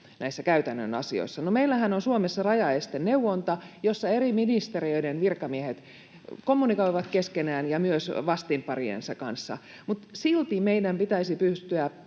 näissä käytännön asioissa. No, meillähän on Suomessa rajaesteneuvonta, jossa eri ministeriöiden virkamiehet kommunikoivat keskenään ja myös vastinpariensa kanssa, mutta silti meidän pitäisi pystyä